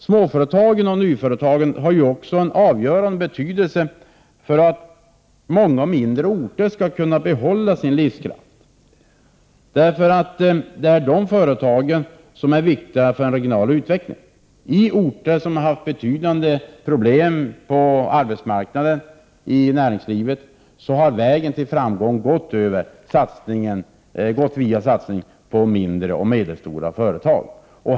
Småföretagen och nyföretagen har också en avgörande betydelse för att många mindre orter skall kunna behålla sin livskraft. Det är dessa småföretag som är viktiga för den regionala utvecklingen. I orter som har haft betydande problem på arbetsmarknaden i näringslivet har vägen till framgång gått via satsningar på mindre och medelstora företag.